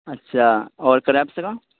اچھا اور کریبس کا